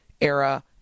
era